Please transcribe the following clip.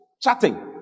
chatting